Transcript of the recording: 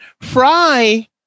Fry